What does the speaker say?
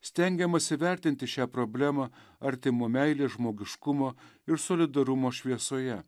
stengiamasi vertinti šią problemą artimo meilės žmogiškumo ir solidarumo šviesoje